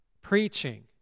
preaching